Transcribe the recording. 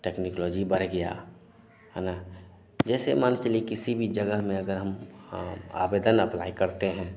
technology बढ़ गया है ना जैसे मान के चलिए किसी भी जगह में अगर हम हाँ आवेदन अप्लाई करते हैं